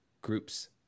groups